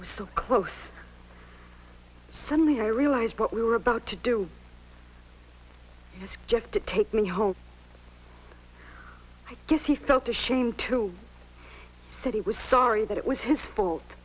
was so close suddenly i realized what we were about to do was just to take me home i guess he felt ashamed to say he was sorry that it was his fault